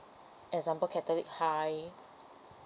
example catholic high